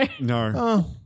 No